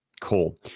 Cool